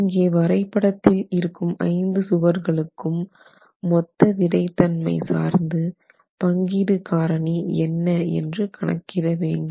இங்கே வரைபடத்தில் இருக்கும் 5 சுவர்களுக்கும் மொத்த விறைத் தன்மை சார்ந்து பங்கீடு காரணி என்ன என்று கணக்கிட வேண்டும்